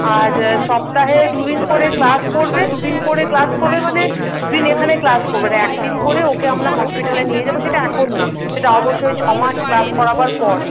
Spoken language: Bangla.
আর সপ্তাহে দুদিন করে ক্লাস করবে দুদিন করে ক্লাস করবে মানে দুদিন এখানে ক্লাস করবে আর একদিন করে ওকে আমরা হসপিটালে নিয়ে যাবো সেটা এখন না সেটা অবশ্যই ছমাস ক্লাস করাবার পর